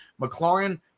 McLaurin